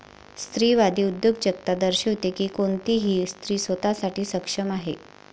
स्त्रीवादी उद्योजकता दर्शविते की कोणतीही स्त्री स्वतः साठी सक्षम आहे